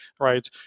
right